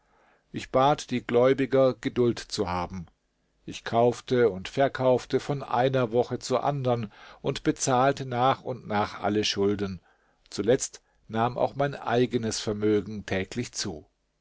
ich bat die gläubiger geduld zu haben ich kaufte und verkaufte von einer woche zur andern und bezahlte nach und nach alle schulden zuletzt nahm auch mein eigenes vermögen täglich zu